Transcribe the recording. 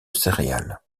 céréales